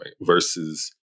versus